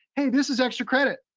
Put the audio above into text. hey, this is extra credit.